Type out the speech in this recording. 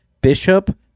Bishop